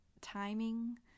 timing